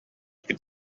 could